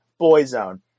Boyzone